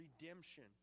redemption